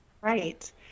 Right